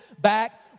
back